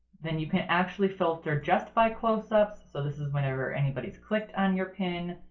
then you can actually filter just by close-ups so this is whenever anybody's clicked on your pin,